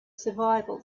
survival